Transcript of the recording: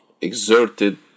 exerted